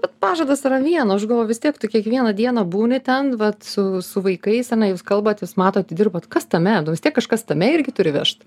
bet pažadas yra viena aš galvoju vis tiek tu kiekvieną dieną būni ten vat su su vaikais ane jūs kalbat jūs matot dirbat kas tame nu vis tiek kažkas tame irgi turi vežt